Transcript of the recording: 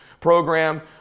program